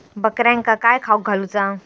बकऱ्यांका काय खावक घालूचा?